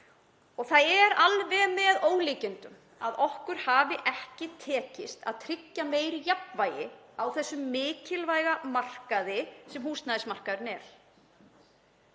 Það er alveg með ólíkindum að okkur hafi ekki tekist að tryggja meira jafnvægi á þessum mikilvæga markaði sem húsnæðismarkaðurinn er.